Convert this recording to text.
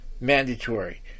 Mandatory